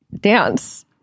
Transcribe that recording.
dance